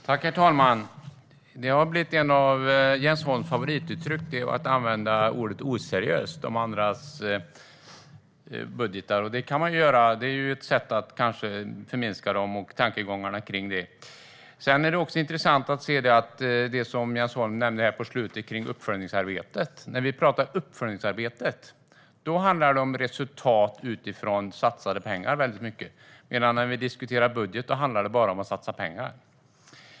Herr talman! Det har blivit ett av Jens Holms favorituttryck att använda ordet "oseriöst" om andras budgetar. Det kan man göra; det är kanske ett sätt att förminska dem och tankegångarna kring dem. Det är intressant att höra det som Jens Holm nämnde här på slutet om uppföljningsarbetet. När vi talar om uppföljningsarbete handlar det mycket om resultat utifrån satsade pengar. När vi diskuterar budget handlar det i stället bara om att satsa pengar.